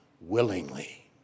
willingly